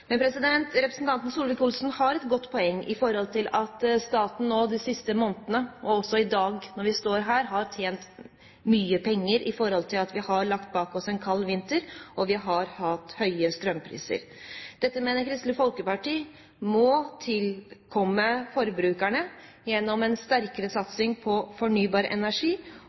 representanten Solvik-Olsen har et godt poeng i at staten nå de siste månedene, også i dag, når vi står her, har tjent mye penger på at vi har lagt bak oss en kald vinter hvor vi har hatt høye strømpriser. Dette mener Kristelig Folkeparti må komme forbrukerne til gode gjennom en sterkere satsing på fornybar energi